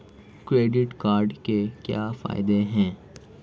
Credit card के क्या फायदे हैं?